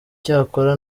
icyakora